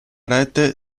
rete